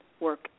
work